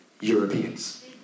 Europeans